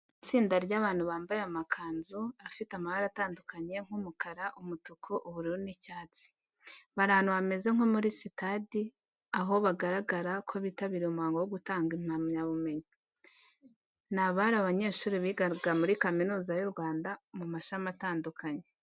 Ni itsinda ry'abantu bambaye amakanzu afite amabara atandukanye nk'umukara, umutuku, ubururu n'icyatsi. Bari ahantu hameze nko muri sitade, aho bigaragara ko bitabiriye umuhango wo gutanga impamyabumenyi. Ni abari abanyeshuri bigaga muri Kaminuza y'u Rwanda mu mashami atandukanye.